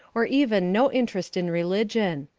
or even no interest in religion.